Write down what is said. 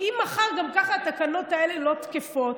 אם גם כך מחר התקנות האלה לא תקפות,